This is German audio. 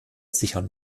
sichern